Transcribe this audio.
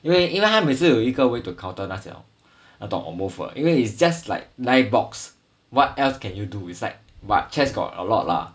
因为因为他每次有一个 way to counter 那些 liao 那种 move 的因为 is just like knife box what else can you do it's like but chess got a lot lah